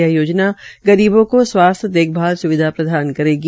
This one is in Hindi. यह योजना गरीबों के स्वास्थ्य देखभाल स्विधा प्रदान करेगी